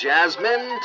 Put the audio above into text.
Jasmine